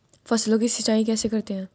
फसलों की सिंचाई कैसे करते हैं?